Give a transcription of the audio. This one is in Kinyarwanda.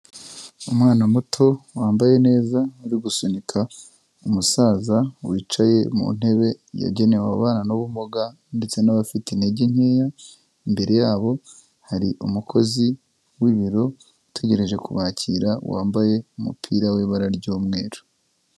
Umwana muto wambaye neza uri gusunika umusaza wicaye mu ntebe yagenewe ababana n'ubumuga ndetse n'abafite intege nkeya, imbere yabo hari umukozi w'ibiro utegereje kubakira wambaye umupira w'ibara ry'umweru.